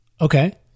Okay